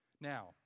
Now